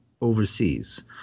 overseas